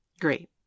Great